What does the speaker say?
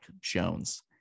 Jones